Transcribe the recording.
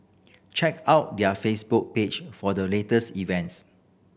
check out their Facebook page for the latest events